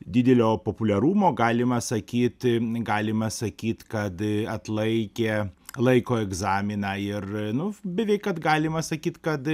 didelio populiarumo galima sakyti galima sakyt kad e atlaikė laiko egzaminą ir nu beveik kad galima sakyt kad